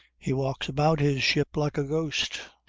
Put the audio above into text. he walks about his ship like a ghost.